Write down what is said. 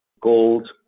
gold